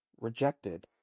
rejected